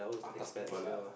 atas people lah